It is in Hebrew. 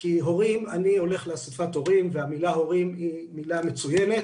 כי אני גם הולך לאסיפת הורים והמילה "הורים" היא מצוינת.